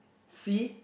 C